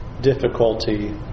difficulty